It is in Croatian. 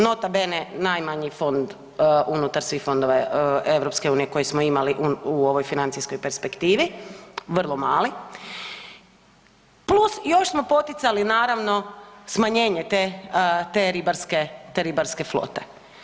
Nota bene najmanji fond unutar svih fondova EU koje smo imali u ovoj financijskoj perspektivi, vrlo mali, plus još smo poticali naravno smanjenje te ribarske flote.